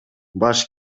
баш